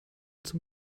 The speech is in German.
zum